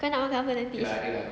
kau nak makan apa nanti